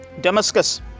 Damascus